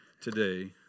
today